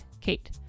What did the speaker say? Kate